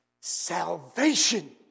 Salvation